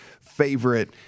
favorite